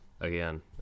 again